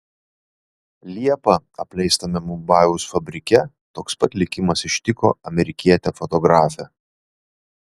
liepą apleistame mumbajaus fabrike toks pat likimas ištiko amerikietę fotografę